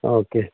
okay